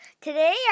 today